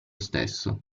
stesso